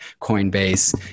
Coinbase